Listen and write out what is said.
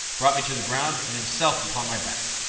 brought me to the ground, and himself upon my back.